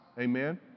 Amen